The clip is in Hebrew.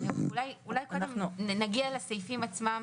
אולי קודם נגיע לסעיפים עצמם.